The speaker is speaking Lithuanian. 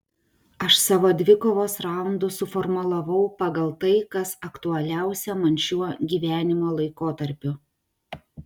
aš savo dvikovos raundus suformulavau pagal tai kas aktualiausia man šiuo gyvenimo laikotarpiu